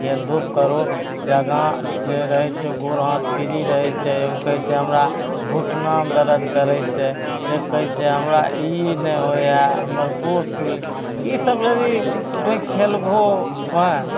खेलधूप करहो जे आगाँ जे रहै छै गोर हाथ फ्री रहै छै ओ कहै छै हमरा घुटनामे दरद करै छै एक कहै छै हमरा ई नहि होइ हइ हम्मर गोड़ फुलि ईसब जदि तोँ खेलबहो हेँ